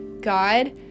God